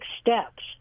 steps